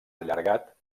allargat